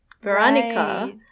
veronica